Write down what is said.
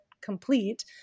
complete